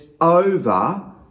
over